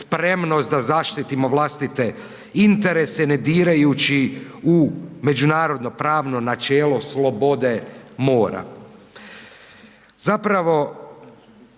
spremnost da zaštitimo vlastite interese ne dirajući u međunarodno pravno načelo slobode mora.